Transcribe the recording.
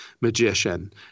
magician